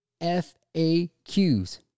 FAQs